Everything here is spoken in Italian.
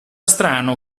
strano